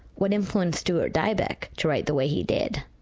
what influenced stuart dybek to write the way he did?